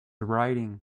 writing